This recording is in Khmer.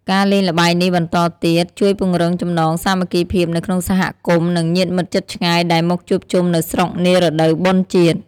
ការលេងល្បែងនេះបន្តទៀត ជួយពង្រឹងចំណងសាមគ្គីភាពនៅក្នុងសហគមន៍ និងញាតិមិត្តជិតឆ្ងាយដែលមកជួបជុំនៅស្រុកនារដូវបុណ្យជាតិ។